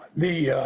the